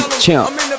champ